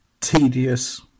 tedious